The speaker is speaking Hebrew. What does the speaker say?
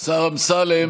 השר אמסלם.